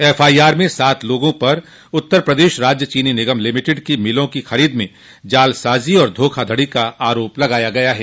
F I R में सात लोगों पर उत्तर प्रदेश राज्य चीनी निगम लिमिटेड की मिलों की खरीद में जालसाजो और धोखाधड़ी का आरोप लगाया गया है